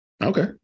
Okay